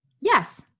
Yes